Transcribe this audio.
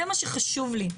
זה מה שחשוב לי,